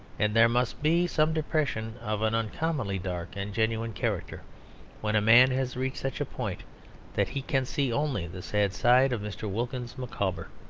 and there must be some depression of an uncommonly dark and genuine character when a man has reached such a point that he can see only the sad side of mr. wilkins micawber.